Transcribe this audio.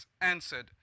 answered